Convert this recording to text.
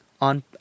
on